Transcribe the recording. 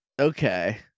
Okay